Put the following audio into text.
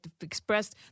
expressed